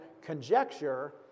conjecture